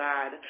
God